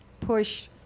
push